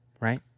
right